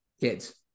kids